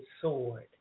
sword